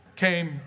came